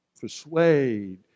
persuade